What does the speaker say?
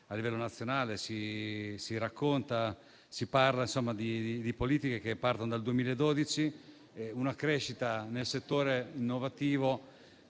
a livello nazionale. Si parla di politiche che partono dal 2012, di una crescita nel settore innovativo